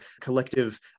collective